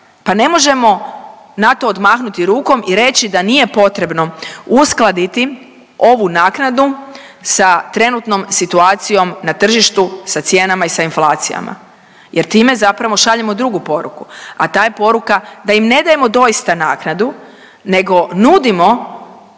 Pa ne možemo na to odmahnuti rukom i reći da nije potrebno uskladiti ovu naknadu sa trenutnom situacijom na tržištu, sa cijenama i sa inflacijama jer time zapravo šaljemo drugu poruku, a ta je poruka da im ne dajemo doista naknadu nego nudimo